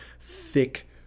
thick